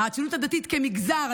הציונות הדתית כמגזר,